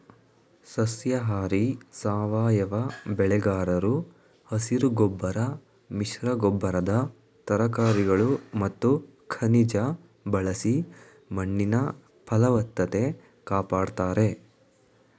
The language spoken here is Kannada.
ಸಸ್ಯಾಹಾರಿ ಸಾವಯವ ಬೆಳೆಗಾರರು ಹಸಿರುಗೊಬ್ಬರ ಮಿಶ್ರಗೊಬ್ಬರದ ತರಕಾರಿಗಳು ಮತ್ತು ಖನಿಜ ಬಳಸಿ ಮಣ್ಣಿನ ಫಲವತ್ತತೆ ಕಾಪಡ್ತಾರೆ